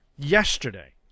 yesterday